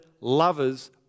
lovers